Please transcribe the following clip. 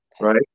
right